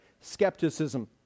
skepticism